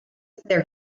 their